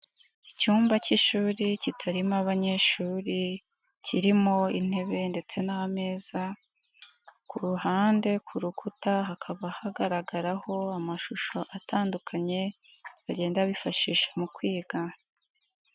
Icyumba cy'ishuri kitarimo abanyeshuri, kirimo intebe ndetse n'ameza. ku ruhande ku rukuta hakaba hagaragaraho amashusho atandukanye bagenda bifashisha mu kwiga.